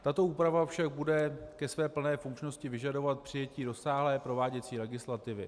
Tato úprava však bude ke své plné funkčnosti vyžadovat přijetí rozsáhlé prováděcí legislativy.